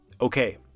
Okay